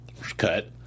cut